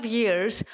years